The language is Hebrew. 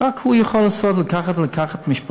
רק הוא יכול לעשות, לקחת משפחות.